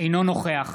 אינו נוכח